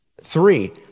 three